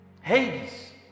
Hades